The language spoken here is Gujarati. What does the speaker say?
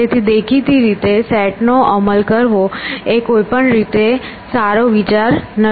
તેથી દેખીતી રીતે સેટ નો અમલ કરવો એ કોઈ પણ રીતે સારો વિચાર નથી